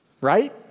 right